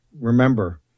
remember